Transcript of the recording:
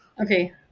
okay